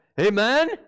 Amen